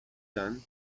done